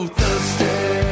thirsty